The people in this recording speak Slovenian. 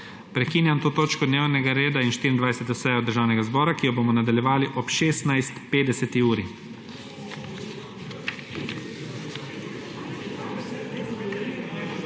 Prekinjam to točko dnevnega reda in 24. sejo Državnega zbora, ki jo bomo nadaljevali ob 16.50.